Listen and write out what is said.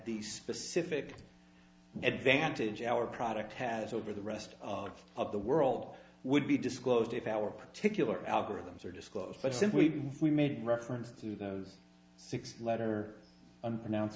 the specific advantage our product has over the rest of the world would be disclosed if our particular algorithms are disclosed but since we made reference to those six letter unpronounce